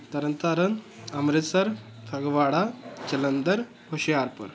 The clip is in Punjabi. ਤਰਨ ਤਾਰਨ ਅੰਮ੍ਰਿਤਸਰ ਫਗਵਾੜਾ ਜਲੰਧਰ ਹੁਸ਼ਿਆਰਪੁਰ